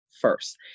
first